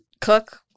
cook